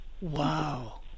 Wow